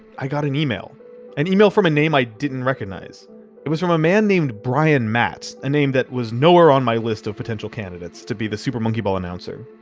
i got an email an email from a name i didn't recognize it was from a man named brian matt a name that was nowhere on my list of potential candidates to be the super monkey ball announcer